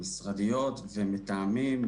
היום האנשים נכנסים למשרד כחלק מתהליך,